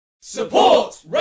Support